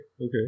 okay